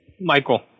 Michael